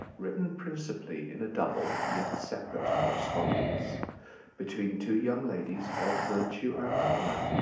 written principally in a double yet separate correspondence between two young ladies of virtue and honor,